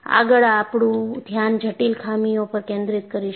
આગળ આપણું ધ્યાન જટિલ ખામીઓ પર કેન્દ્રિત કરીશું